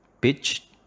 pitch